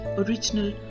original